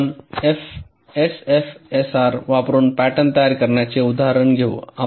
तर आपण एलएफएसआर वापरून पॅटर्न तयार करण्याचे उदाहरण घेऊ